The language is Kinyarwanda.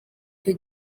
cyo